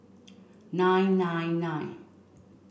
nine nine nine